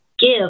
give